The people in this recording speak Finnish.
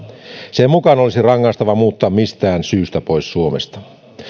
sen mukaan olisi rangaistavaa muuttaa mistään syystä pois suomesta